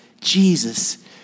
Jesus